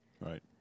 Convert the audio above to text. Right